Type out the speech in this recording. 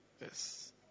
Yes